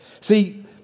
See